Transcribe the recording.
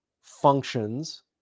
functions